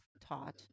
taught